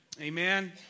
Amen